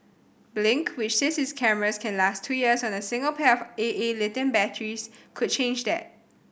blink which says its cameras can last two years on a single pair of A A lithium batteries could change that